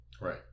Right